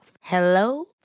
Hello